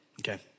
okay